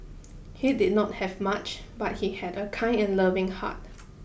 he did not have much but he had a kind and loving heart